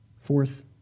Fourth